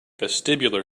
vestibular